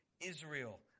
Israel